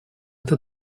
это